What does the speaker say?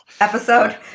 episode